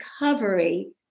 recovery